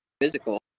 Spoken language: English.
physical